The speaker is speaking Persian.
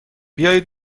بیایید